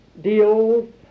deals